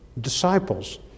disciples